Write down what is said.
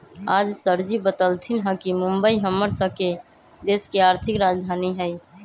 आज सरजी बतलथिन ह कि मुंबई हम्मर स के देश के आर्थिक राजधानी हई